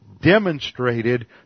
demonstrated